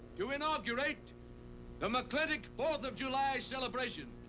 to inaugurate the mclintock fourth of july celebration.